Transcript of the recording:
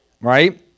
Right